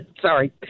Sorry